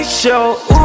Show